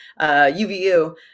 UVU